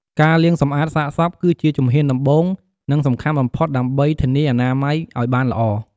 ការលាងសម្អាតសាកសពគឺជាជំហានដំបូង និងសំខាន់បំផុតដើម្បីធានាអនាម័យឲ្យបានល្អ។